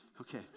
okay